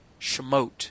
Shemot